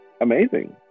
amazing